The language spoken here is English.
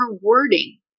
wording